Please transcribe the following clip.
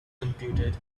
computed